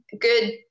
good